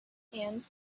and